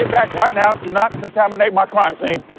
right now to not contaminate my clients. and